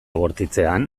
bortitzean